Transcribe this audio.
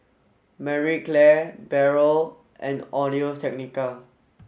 Marie Claire Barrel and Audio Technica